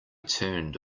turned